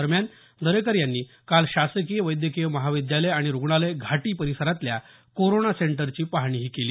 दरम्यान दरेकर यांनी काल शासकीय वैद्यकीय महाविद्यालय आणि रुग्णालय घाटी परिसरातल्या कोरोना सेंटरची पाहणी केली